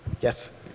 Yes